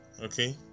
okay